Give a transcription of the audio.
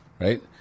right